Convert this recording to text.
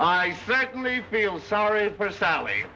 i certainly feel sorry for sally